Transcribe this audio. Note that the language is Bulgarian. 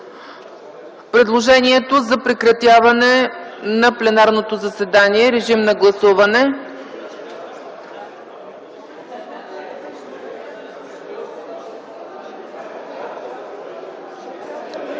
предложението за прекратяване на пленарното заседание. Моля, гласувайте.